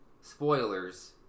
Spoilers